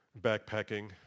backpacking